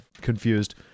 confused